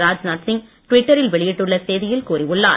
ராஜ்நாத் சிங் டுவிட்டரில் வெளியிட்டுள்ள செய்தியில் கூறியுள்ளார்